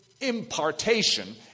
impartation